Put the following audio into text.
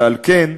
ועל כן,